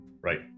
right